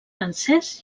francès